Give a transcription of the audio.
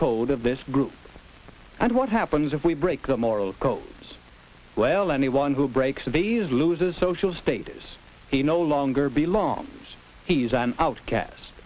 code of this group and what happens if we break the moral codes well anyone who breaks these loses social status he no longer belong he's an outcast